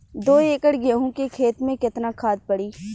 दो एकड़ गेहूँ के खेत मे केतना खाद पड़ी?